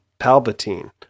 Palpatine